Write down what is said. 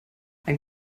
ein